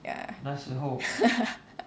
ya